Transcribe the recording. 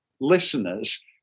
listeners